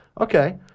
okay